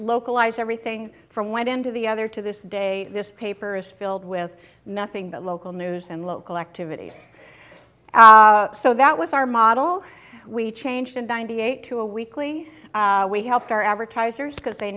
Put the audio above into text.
localize everything from one end to the other to this day this paper is filled with nothing but local news and local activities so that was our model we changed and ninety eight to a weekly we helped our advertisers because they